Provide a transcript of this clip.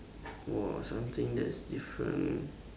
!wah! something that's different